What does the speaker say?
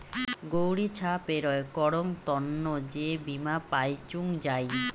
গৌড়ি ছা পেরোয় করং তন্ন যে বীমা পাইচুঙ যাই